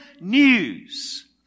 news